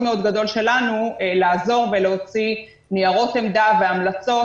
גדול שלנו לעזור ולהוציא ניירות עמדה והמלצות,